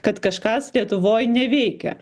kad kažkas lietuvoj neveikia